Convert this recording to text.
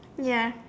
ya